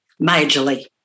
majorly